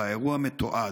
והאירוע מתועד.